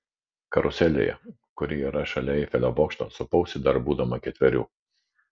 karuselėje kuri yra šalia eifelio bokšto supausi dar būdama ketverių